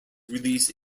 release